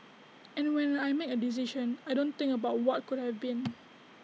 and when I make A decision I don't think about what could have been